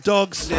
Dogs